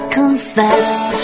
confessed